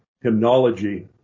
hymnology